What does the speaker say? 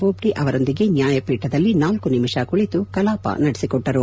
ಬೋಬ್ಲೆ ಅವರೊಂದಿಗೆ ನ್ಯಾಯಪೀಠದಲ್ಲಿ ನಾಲ್ಲು ನಿಮಿಷ ಕುಳಿತು ಕಲಾಪ ನಡೆಸಿಕೊಟ್ಟರು